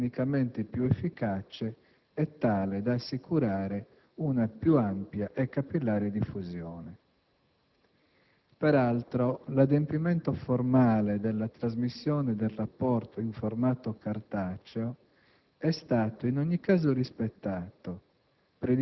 tecnicamente più efficace e tale da assicurare una più ampia e capillare diffusione. Peraltro, l'adempimento formale della trasmissione del rapporto in formato cartaceo è stato in ogni caso rispettato,